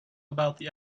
about